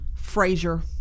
Frasier